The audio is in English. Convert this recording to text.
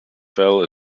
fell